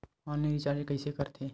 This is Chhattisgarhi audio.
ऑनलाइन रिचार्ज कइसे करथे?